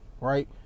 right